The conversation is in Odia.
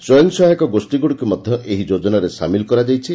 ସ୍ୱୟଂ ସହାୟକ ଗୋଷୀଗୁଡ଼ିକୁ ମଧା ଏହି ଯୋଜନାରେ ସାମିଲ୍ କରାଯାଇଛି